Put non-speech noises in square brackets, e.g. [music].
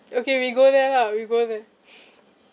okay we go there lah we go there [laughs]